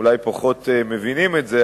אולי פחות מבינים את זה,